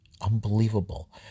Unbelievable